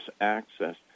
access